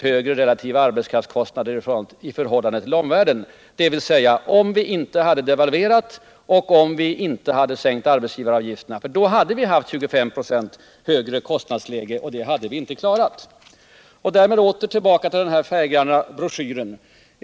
högre relativa arbetskraftskostnader än omvärlden, dvs. om vi inte hade devalverat och om vi inte hade sänkt arbetsgivaravgiften? I så fall hade vi haft ett 25 96 högre kostnadsläge, och det hade vi inte klarat. Därmed åter till den färggranna broschyren.